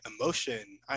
emotion